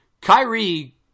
Kyrie